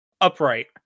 upright